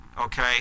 okay